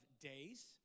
days